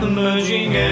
Emerging